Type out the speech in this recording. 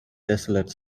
desolate